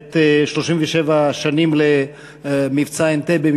37 שנים למבצע אנטבה,